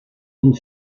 und